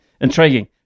Intriguing